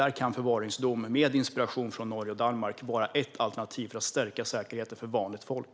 Där kan förvaringsdom med inspiration från Norge och Danmark vara ett alternativ för att stärka säkerheten för vanligt folk.